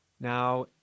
now